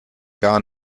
gar